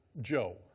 Joe